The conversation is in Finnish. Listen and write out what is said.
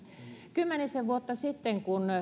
kymmenisen vuotta sitten kun